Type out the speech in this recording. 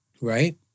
right